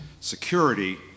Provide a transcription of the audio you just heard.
security